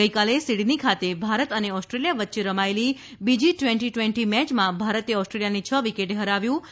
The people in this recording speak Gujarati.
ગઈકાલે સીડની ખાતે ભારત અને ઓસ્ટ્રેલિયા વચ્ચે રમાયેલી બીજી ટ્વેન્ટી ટ્વેન્ટી મેચમાં ભારતે ઓસ્ટ્રેલિયાને છ વિકેટે હરાવ્યું હતું